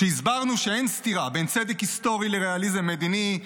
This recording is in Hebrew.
כשהסברנו שאין סתירה בין צדק היסטורי לריאליזם מדיני,